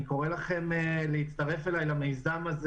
אני קורא לכם להצטרף אלי למיזם הזה.